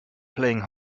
playing